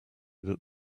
that